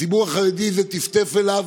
הציבור החרדי, זה טפטף אליו